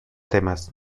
temas